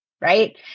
right